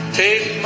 take